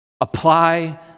Apply